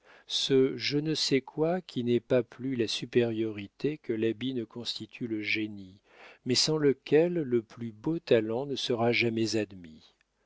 ce je ne sais quoi qui n'est pas plus la supériorité que l'habit ne constitue le génie mais sans lequel le plus beau talent ne sera jamais admis